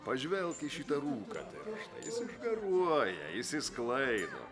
pažvelk į šitą rūką tirštą jis išgaruoja išsisklaido